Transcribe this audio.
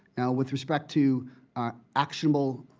with respect to actual.